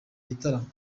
gitaramo